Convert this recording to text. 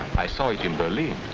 i saw it in berlin.